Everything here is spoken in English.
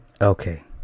Okay